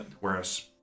Whereas